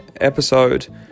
episode